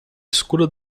escura